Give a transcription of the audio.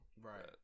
Right